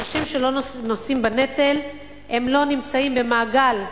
אנשים שלא נושאים בנטל, לא נמצאים במעגל העבודה,